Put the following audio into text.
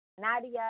Nadia